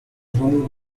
roll